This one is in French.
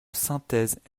synthèse